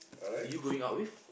are you going out with